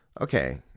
okay